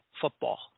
football